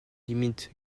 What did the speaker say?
limites